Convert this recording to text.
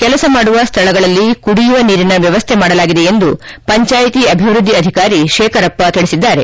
ಕೆಲಸ ಮಾಡುವ ಸ್ಥಳಗಳಲ್ಲಿ ಕುಡಿಯುವ ನೀರಿನ ವ್ಯವಸ್ಥೆ ಮಾಡಲಾಗಿದೆ ಎಂದು ಪಂಚಾಯಿತಿ ಅಭಿವೃದ್ಧಿ ಅಧಿಕಾರಿ ಶೇಖರಪ್ಪ ತಿಳಿಸಿದ್ದಾರೆ